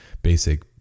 Basic